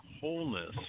wholeness